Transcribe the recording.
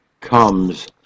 comes